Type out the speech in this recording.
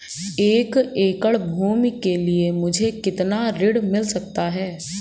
एक एकड़ भूमि के लिए मुझे कितना ऋण मिल सकता है?